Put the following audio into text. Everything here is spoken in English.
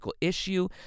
issue